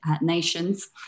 nations